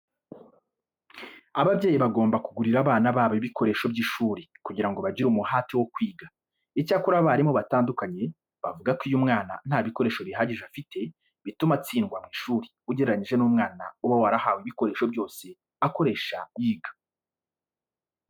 Ababyeyi bagomba kugurira abana babo ibikoresho by'ishuri kugira ngo bagire umuhate wo kwiga. Icyakora abarimu batandukanye bavuga ko iyo umwana nta bikoresho bihagije afite bituma atsindwa mu ishuri ugereranyije n'umwana uba warahawe ibikoresho byose akoresha yiga.